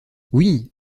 oui